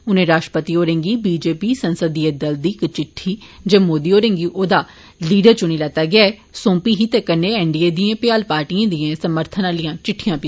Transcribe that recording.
उनें राष्ट्रपति होरें गी बीजेपी संसदीय दल दी इक चिट्ठी जे मोदी होरें गी ओदा लीडर चुनी लैता गेआ ऐ सोंपी ही ते कन्नै एनडीए दिएं भ्याल पार्टिएं दियां समर्थन आलियां चिटिठयां बी